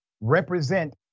represent